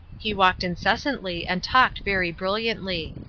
he walked incessantly and talked very brilliantly.